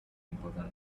important